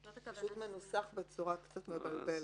הוא פשוט מנוסח בצורה קצת מבלבלת.